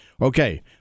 okay